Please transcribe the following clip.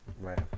Right